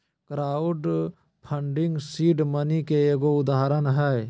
crowd funding seed money के एगो उदाहरण हय